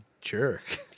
jerk